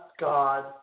God